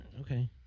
Okay